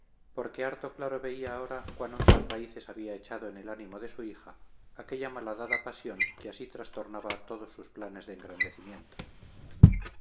porque harto claro veía ahora cuán hondas raíces había echado en el ánimo de su hija aquella malhadada pasión que así trastornaba todos sus planes de engrandecimiento